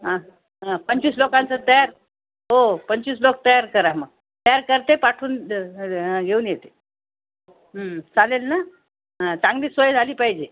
हा हा पंचवीस लोकांचं तयार हो पंचवीस लोक तयार करा मग तयार करते पाठवून घेऊन येते चालेल ना ह चांगली सोय झाली पाहिजे